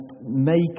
make